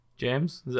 James